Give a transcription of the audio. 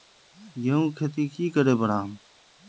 गेंहू खेती की करे बढ़ाम?